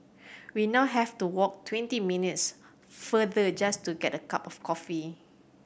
we now have to walk twenty minutes farther just to get a cup of coffee